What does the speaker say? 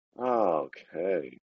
Okay